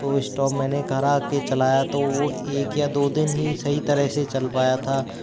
तो इस्टॉब मैंने घर आके चलाया तो वो एक या दो दिन ही सही तरह से चल पाया था